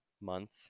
month